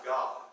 God